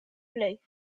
float